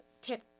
Tip